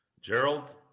Gerald